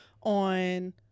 on